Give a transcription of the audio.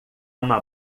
uma